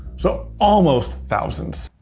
so almost thousands.